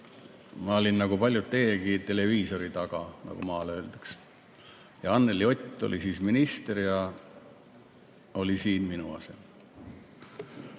Ma olin nagu paljud teiegi televiisori taga, nagu maal öeldakse. Ja Anneli Ott oli siis minister ja oli siin minu asemel